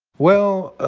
well, ah